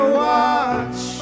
watch